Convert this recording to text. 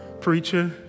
Preacher